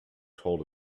told